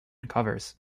covers